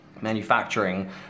manufacturing